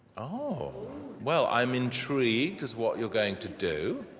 oh well, i'm intrigued just what you're going to do.